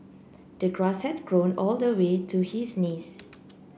the grass had grown all the way to his knees